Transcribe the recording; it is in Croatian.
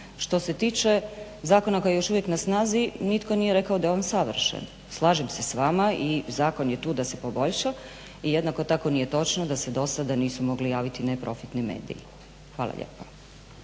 Što se tiče zakona koji je još uvijek na snazi nitko nije rekao da je on savršen. Slažem se s vama i zakon je tu da se poboljša. I jednako tako nije točno da se do sada nisu mogli javiti neprofitni mediji. Hvala lijepa.